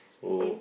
so